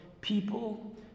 people